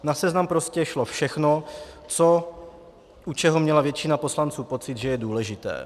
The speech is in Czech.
Na seznam prostě šlo všechno, u čeho měla většina poslanců pocit, že je důležité.